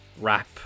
wrap